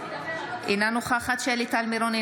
אינה נוכחת שלי טל מירון,